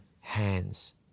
hands